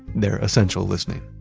they're essential listening